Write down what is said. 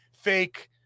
fake